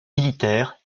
militaires